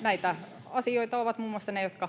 Näitä asioita ovat muun muassa ne, jotka